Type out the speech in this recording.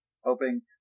hoping